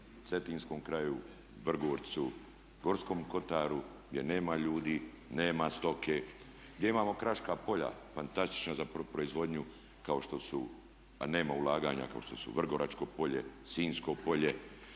Cetinskom kraju, Vrgorcu, Gorskom kotaru gdje nema ljudi, nema stoke, gdje imamo kraška polja fantastična za proizvodnju kao što su, a nema ulaganja kao što Vrgoračko polje, Sinjsko polje,